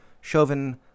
Chauvin